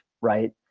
Right